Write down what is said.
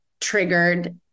triggered